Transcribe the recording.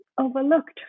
overlooked